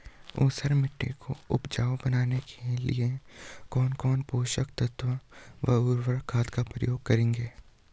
ऊसर मिट्टी को उपजाऊ बनाने के लिए कौन कौन पोषक तत्वों व उर्वरक खाद का उपयोग करेंगे?